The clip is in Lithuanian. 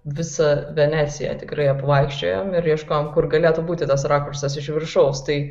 visą veneciją tikrai apvaikščiojoe ir ieškojom kur galėtų būti tas rakursas iš viršaus tai